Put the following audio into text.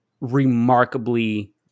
remarkably